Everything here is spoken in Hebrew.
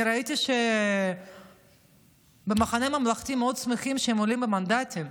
אני ראיתי שבמחנה הממלכתי שמחים מאוד שהם עולים במנדטים.